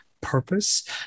purpose